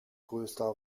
größter